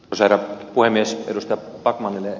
arvoisa herra puhemies